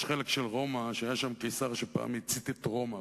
יש חלק של רומא שהיה שם קיסר שפעם הצית את רומא.